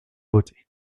beauté